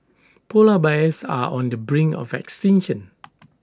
Polar Bears are on the brink of extinction